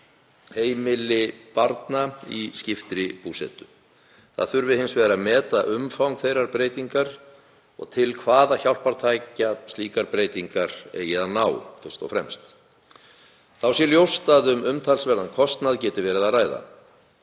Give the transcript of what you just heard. heimili barna í skiptri búsetu. Það þurfi hins vegar að meta umfang þeirrar breytingar og til hvaða hjálpartækja slíkar breytingar eigi að ná fyrst og fremst. Þá sé ljóst að um umtalsverðan kostnað geti verið að ræða.